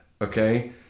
Okay